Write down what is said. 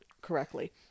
correctly